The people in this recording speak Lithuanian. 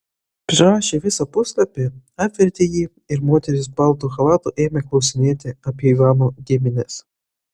prirašę visą puslapį apvertė jį ir moteris baltu chalatu ėmė klausinėti apie ivano gimines